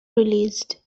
released